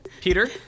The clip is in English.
Peter